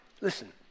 Listen